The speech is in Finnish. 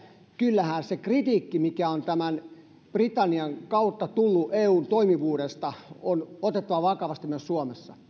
kyllähän se kritiikki mikä on britannian kautta tullut eun toimivuudesta on otettava vakavasti myös suomessa